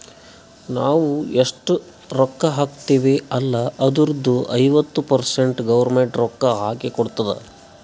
ನಾವ್ ಎಷ್ಟ ರೊಕ್ಕಾ ಹಾಕ್ತಿವ್ ಅಲ್ಲ ಅದುರ್ದು ಐವತ್ತ ಪರ್ಸೆಂಟ್ ಗೌರ್ಮೆಂಟ್ ರೊಕ್ಕಾ ಹಾಕಿ ಕೊಡ್ತುದ್